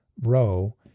row